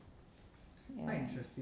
ya